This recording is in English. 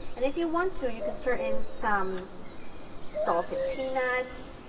and if you want to you can stir in some salted peanuts,